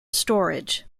storage